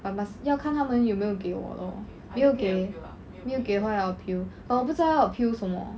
but must 要看他们有没有给我 lor 没有给没有给话要 appeal but 我不知道要 appeal 什么